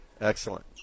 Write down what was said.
excellent